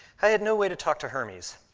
i had no way to talk to hermes.